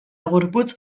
gorputz